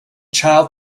child